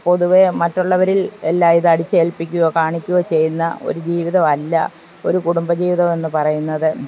പൊതുവെ മറ്റുള്ളവരിൽ എല്ലായിതും അടിച്ചേൽപ്പിക്കുകയോ കാണിക്കുകയോ ചെയ്യുന്ന ഒരു ജീവിതം അല്ല ഒരു കുടുംബ ജീവിതം എന്നു പറയുന്നത്